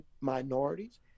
minorities